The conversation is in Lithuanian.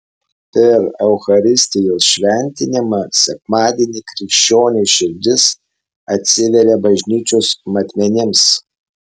per eucharistijos šventimą sekmadienį krikščionio širdis atsiveria bažnyčios matmenims